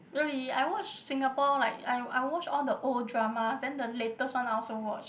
really I watch Singapore like I I watch all the old drama then the latest one I also watch